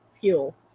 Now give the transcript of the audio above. fuel